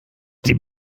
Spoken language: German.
die